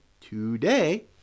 today